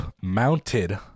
mounted